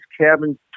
Cabin